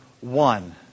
one